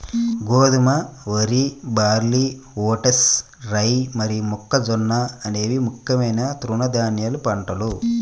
గోధుమ, వరి, barley, oats, rye మరియు మొక్కజొన్న అనేవి ముఖ్యమైన తృణధాన్యాల పంటలు